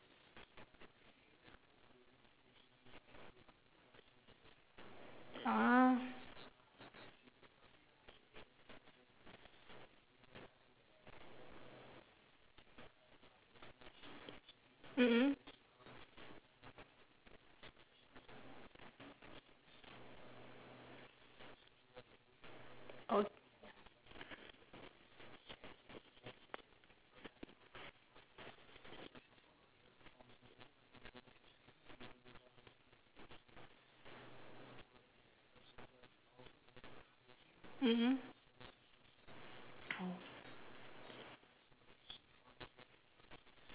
ah mm mm mm mm